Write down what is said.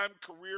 career